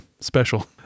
special